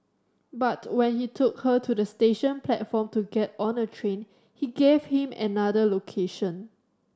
but when he took her to the station platform to get on a train he gave him another location